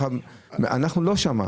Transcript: אנחנו לא שם.